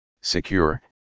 secure